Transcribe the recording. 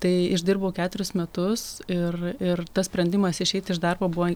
tai išdirbau keturis metus ir ir tas sprendimas išeiti iš darbo buvo